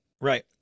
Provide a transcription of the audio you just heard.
right